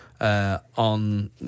on